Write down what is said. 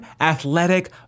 athletic